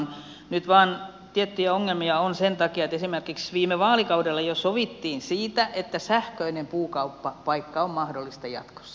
nyt vain tiettyjä ongelmia on sen takia että esimerkiksi viime vaalikaudella jo sovittiin siitä että sähköinen puukauppapaikka on mahdollista jatkossa